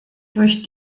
durch